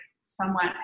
somewhat